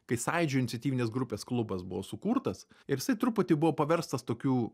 kai sąjūdžio iniciatyvinės grupės klubas buvo sukurtas ir jisai truputį buvo paverstas tokių